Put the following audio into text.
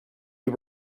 you